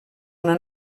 una